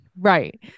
Right